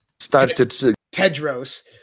Tedros